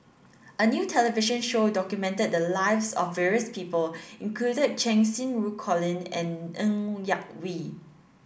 a new television show documented the lives of various people included Cheng Xinru Colin and Ng Yak Whee